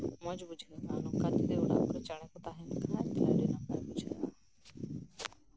ᱢᱚᱸᱡ ᱵᱩᱡᱷᱟᱹᱜᱼᱟ ᱱᱚᱝᱠᱟᱜᱮ ᱪᱮᱬᱮ ᱠᱚ ᱛᱟᱸᱦᱮᱱ ᱠᱷᱟᱡ ᱛᱟᱦᱞᱮ ᱱᱟᱯᱟᱭ ᱵᱩᱡᱷᱟᱹᱜᱼᱟ